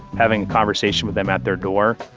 having a conversation with them at their door.